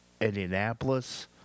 Indianapolis